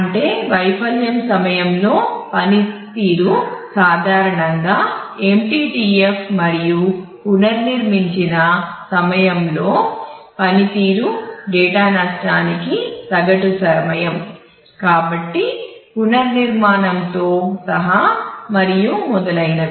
అంటే వైఫల్యం సమయంలో పనితీరు సాధారణంగా MTTF మరియు పునర్నిర్మించిన సమయంలో పనితీరు డేటా నష్టానికి సగటు సమయం కాబట్టి పునర్నిర్మాణంతో సహా మరియు మొదలైనవి